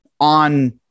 on